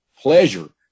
pleasure